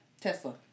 Tesla